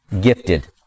gifted